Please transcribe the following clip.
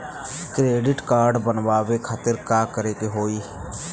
Credit card बनवावे खातिर का करे के होई?